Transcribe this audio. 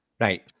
Right